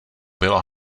byla